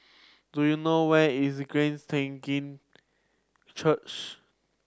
do you know where is Glad Church